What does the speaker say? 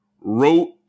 wrote